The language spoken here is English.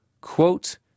quote